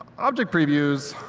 ah like previews,